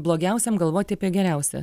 blogiausiam galvoti apie geriausią